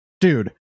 Dude